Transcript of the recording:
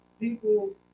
people